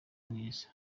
mwiza